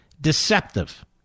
deceptive